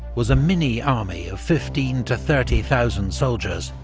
was a mini-army of fifteen to thirty thousand soldiers,